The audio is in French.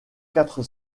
quatre